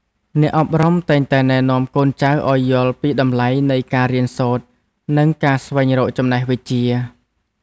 អ្នកអប់រំតែងតែណែនាំកូនចៅឱ្យយល់ពីតម្លៃនៃការរៀនសូត្រ និងការស្វែងរកចំណេះវិជ្ជា។